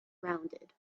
rounded